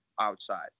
outside